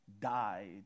died